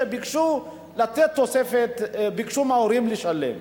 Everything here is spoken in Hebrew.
שביקשו מההורים לשלם.